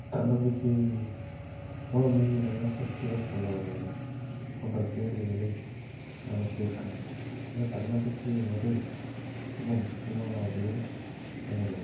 தன்னம்பிக்கை மூலம் நீங்கள் என்ன கருத்துகள் சொல்ல வருவது போன்ற கேள்விகளை நம்ம கேட்கணும் ஏன்னா தன்னம்பிக்கை என்பது ரொம்ப முக்கியமான ஒரு நிகழ்வு